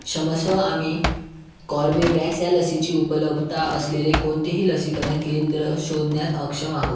क्षमस्व आम्ही कॉर्बेवॅक्स या लशीची उपलब्धता असलेले कोणतेही लसीकरण केंद्र शोधण्यात अक्षम आहोत